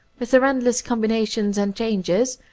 with their endless combina tions and changes,